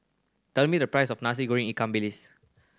tell me the price of Nasi Goreng ikan bilis